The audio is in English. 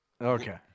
Okay